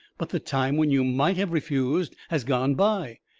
but the time when you might have refused has gone by.